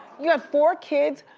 you have four kids,